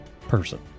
person